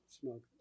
smoke